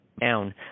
down